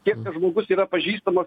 kiek tas žmogus yra pažįstamas